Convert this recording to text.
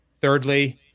Thirdly